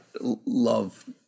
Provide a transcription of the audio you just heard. love